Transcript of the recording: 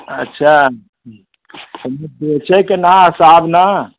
अच्छा बेचे के ना साहब ना